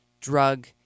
drug